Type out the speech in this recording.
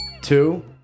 Two